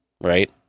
right